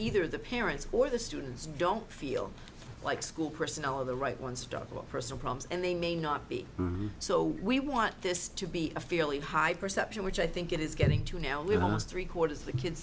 either the parents or the students don't feel like school personnel are the right ones dog or person prompts and they may not be so we want this to be a fairly high perception which i think it is getting to now we're almost three quarters of the kids